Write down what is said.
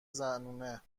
زنونه